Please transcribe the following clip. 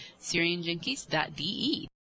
SyrianJunkies.de